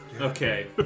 Okay